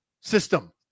system